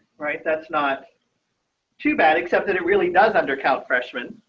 right, that's not too bad, except that it really does undercount freshman.